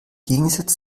gegensatz